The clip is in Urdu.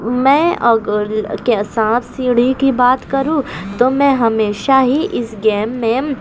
میں سانپ سیڑھی کی بات کروں تو میں ہمیشہ ہی اس گیم میں